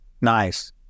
Nice